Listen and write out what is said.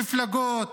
מפלגות,